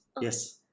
Yes